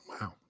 Wow